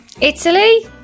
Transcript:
Italy